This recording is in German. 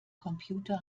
computer